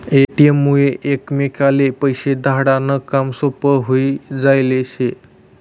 ATM मुये एकमेकले पैसा धाडा नं काम सोपं व्हयी जायेल शे